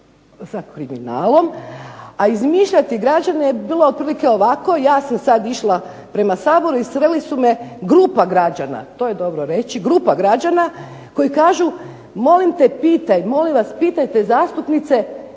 sa kriminalom. A izmišljati građane je bilo ovako ja sam sad išla prema Saboru i sreli su me grupa građana, to je dobro reći, grupa građana koji kažu molim te pitaj, molim vas pitajte zastupnice